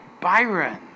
Byron